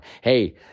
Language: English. Hey